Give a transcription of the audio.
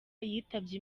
yitabye